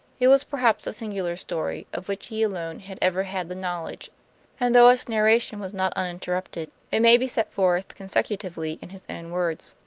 it was perhaps a singular story, of which he alone had ever had the knowledge and though its narration was not uninterrupted, it may be set forth consecutively in his own words.